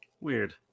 Weird